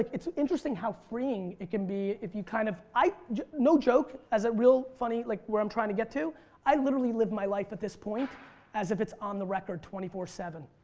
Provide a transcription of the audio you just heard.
it's interesting how freeing it can be if you kind of, no joke as a real funny like where i'm trying to get to i literally live my life at this point as if it's on the record twenty four seven.